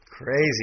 Crazy